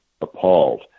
appalled